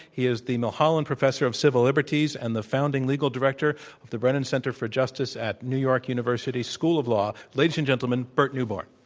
he is the milholland professor of civil liberties and the founding legal director of the brennan center for justice at new york university school of law. ladies and gentlemen, burt neuborne.